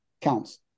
counts